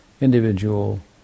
individual